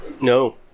No